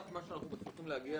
רק מה שאנחנו מצליחים להגיע